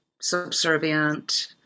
subservient